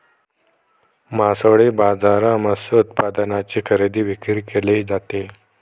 मासळी बाजारात मत्स्य उत्पादनांची खरेदी विक्री केली जाते